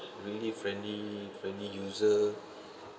really friendly friendly user